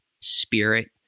spirit